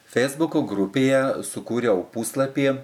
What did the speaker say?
feisbuko grupėje sukūriau puslapį